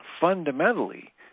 Fundamentally